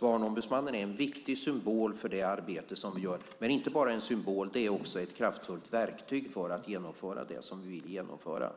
Barnombudsmannen är en viktig symbol för det arbete som vi gör, men det är inte bara en symbol. Det är också ett kraftfullt verktyg för att genomföra det som vi vill genomföra.